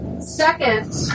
Second